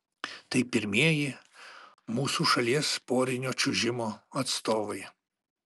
tai pirmieji mūsų šalies porinio čiuožimo atstovai